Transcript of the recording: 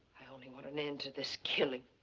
i only want an end to this killing.